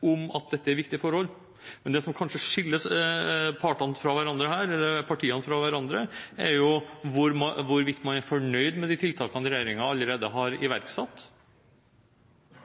om at dette er viktige forhold, men det som kanskje skiller partiene her, er hvorvidt man er fornøyd eller ikke med de tiltakene regjeringen allerede har iverksatt.